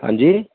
ਹਾਂਜੀ